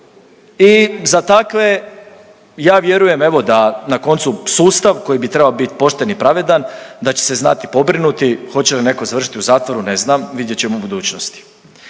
i za takve ja vjerujem evo da na koncu sustav koji bi trebao bit pošten i pravedan da će se znati pobrinuti, hoće li neko završiti u zatvoru ne znam, vidjet ćemo u budućnosti.